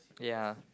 ya